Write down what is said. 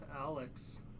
Alex